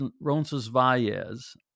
Roncesvalles